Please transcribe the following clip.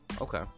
Okay